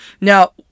Now